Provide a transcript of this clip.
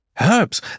Herbs